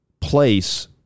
place